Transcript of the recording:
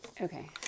Okay